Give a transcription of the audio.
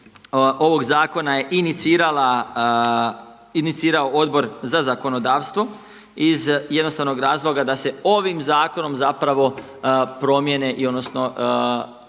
ovog zakona je inicirao Odbor za zakonodavstvo iz jednostavnog razloga da se ovim zakonom zapravo promijene i odnosno